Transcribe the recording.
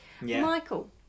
Michael